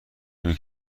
نمی